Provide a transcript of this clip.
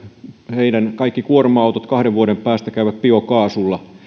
heidän kaikki kuorma autonsa kahden vuoden päästä käyvät biokaasulla